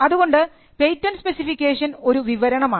അതുകൊണ്ട് patent specification ഒരു വിവരണമാണ്